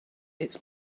its